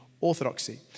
orthodoxy